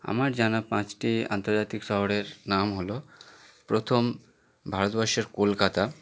আমার জানা পাঁচটি আন্তর্জাতিক শহরের নাম হল প্রথম ভারতবর্ষের কলকাতা